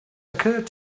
occurred